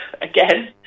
Again